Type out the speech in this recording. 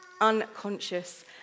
unconscious